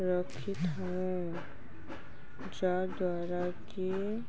ରଖିଥାଉଁ ଯାହା ଦ୍ଵାରାକି